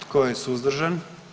Tko je suzdržan?